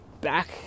back